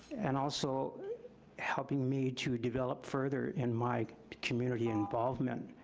and also helping me to develop further in my community involvement.